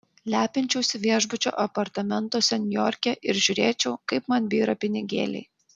lepinčiausi viešbučio apartamentuose niujorke ir žiūrėčiau kaip man byra pinigėliai